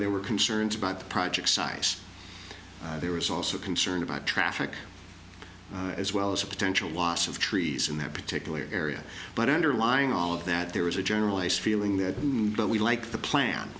they were concerned about the project size there was also concerned about traffic as well as a potential loss of trees in that particular area but underlying all of that there was a generalized feeling that didn't but we like the plan